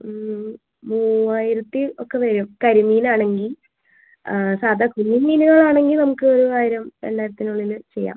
മൂവായിരത്തി ഒക്കെ വരും കരിമീനാണെങ്കിൽ സാധാ കുഞ്ഞി മീനുകളാണെങ്കിൽ നമുക്ക് ആയിരം രണ്ടായിരത്തിനുള്ളിൽ ചെയ്യാം